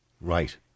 Right